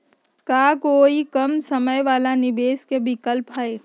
का कोई कम समय वाला निवेस के विकल्प हई?